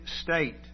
state